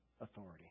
authority